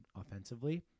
offensively